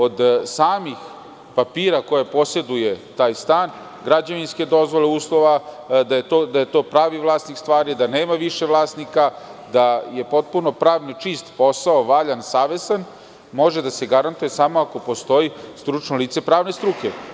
Od samih papira koje poseduje taj stan, građevinske dozvole, uslova da je to pravi vlasnik stvari, da nema više vlasnika, da je potpuno pravno čist posao, valjan i savestan može da se garantuje ako postoji lice pravne struke.